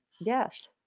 Yes